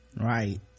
right